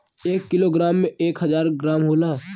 एक kilogram में एक हजार ग्राम होला